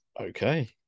Okay